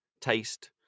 taste